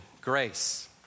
grace